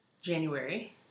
January